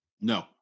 No